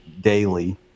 daily